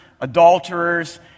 adulterers